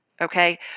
Okay